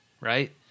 right